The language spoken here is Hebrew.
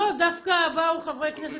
לא, דווקא באו חברי כנסת.